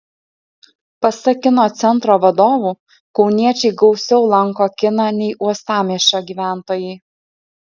pasak kino centro vadovų kauniečiai gausiau lanko kiną nei uostamiesčio gyventojai